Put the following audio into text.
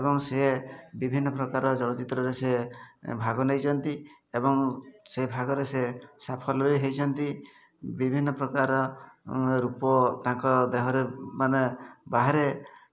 ଆପଣଙ୍କ ଗାଡ଼ି ତ ମୁଁ ସବୁ ମାସରେ ହିଁ ବ୍ୟବହାର କରୁଛି ନା ଯେଉଁଠିକି ଯାଉଛି ଆପଣଙ୍କ ଗାଡ଼ି ହିଁ ନେଇକରି ଯାଉଛି ଯେତିକିଟା ହେଉଛି ଡ୍ରାଇଭର୍ ଟିକେ ବୁଝାଇକରି ପଠାଇବେ